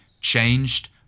changed